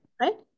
right